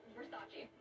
Versace